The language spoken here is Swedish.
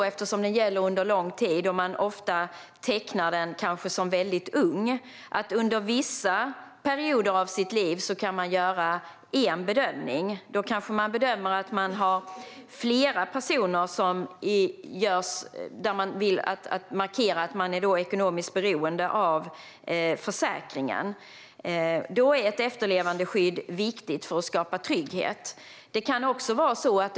Eftersom den gäller under lång tid och man ofta tecknar den som väldigt ung kan det vara så att man under vissa perioder av livet gör en viss bedömning och då kommer fram till att det finns flera personer som man vill markera är ekonomiskt beroende av försäkringen. Då är ett efterlevandeskydd viktigt för att skapa trygghet.